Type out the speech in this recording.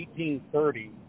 1830